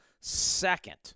second